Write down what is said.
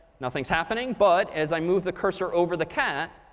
nothing's happening. but as i move the cursor over the cat,